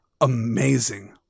Amazing